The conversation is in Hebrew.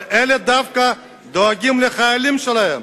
אבל אלה דווקא דואגים לחיילים שלהם,